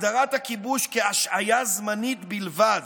הגדרת הכיבוש כהשעיה זמנית בלבד